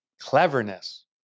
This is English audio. Cleverness